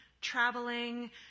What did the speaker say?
traveling